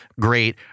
great